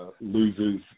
loses